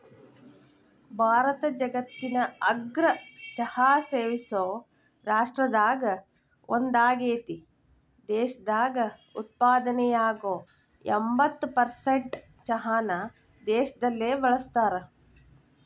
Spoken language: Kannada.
ಭಾರತ ಜಗತ್ತಿನ ಅಗ್ರ ಚಹಾ ಸೇವಿಸೋ ರಾಷ್ಟ್ರದಾಗ ಒಂದಾಗೇತಿ, ದೇಶದಾಗ ಉತ್ಪಾದನೆಯಾಗೋ ಎಂಬತ್ತ್ ಪರ್ಸೆಂಟ್ ಚಹಾನ ದೇಶದಲ್ಲೇ ಬಳಸ್ತಾರ